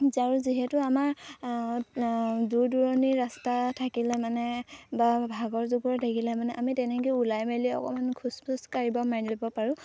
আৰু যিহেতু আমাৰ দূৰ দূৰণি ৰাস্তা থাকিলে মানে বা ভাগৰ যোগৰ লাগিলে মানে আমি তেনেকৈয়ো ওলাই মেলি অকণমান খোজ চোজ কাঢ়িব মেলিব পাৰোঁ